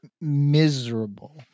miserable